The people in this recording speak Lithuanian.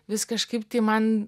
vis kažkaip tai man